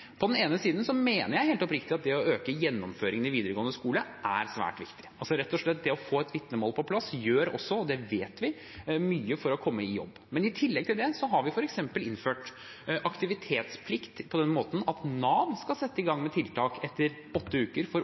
På den ene siden mener jeg helt oppriktig at det å øke gjennomføringen i videregående skole er svært viktig. Rett og slett å få et vitnemål på plass gjør også – det vet vi – mye for å komme i jobb. Men i tillegg har vi f.eks. innført aktivitetsplikt på den måten at Nav skal sette i gang tiltak etter åtte uker